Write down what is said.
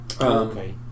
Okay